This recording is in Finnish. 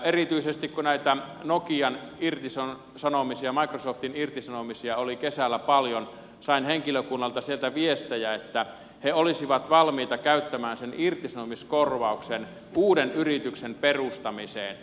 erityisesti kun näitä nokian irtisanomisia microsoftin irtisanomisia oli kesällä paljon sain henkilökunnalta sieltä viestejä että he olisivat valmiita käyttämään sen irtisanomiskorvauksen uuden yrityksen perustamiseen